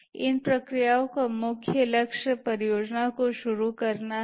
इन प्रक्रियाओं का मुख्य लक्ष्य परियोजना को शुरू करना है